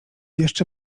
jeszcze